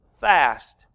fast